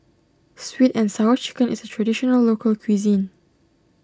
Sweet and Sour Chicken is a Traditional Local Cuisine